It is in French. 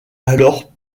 alors